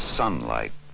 sunlight